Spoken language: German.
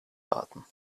warten